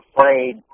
afraid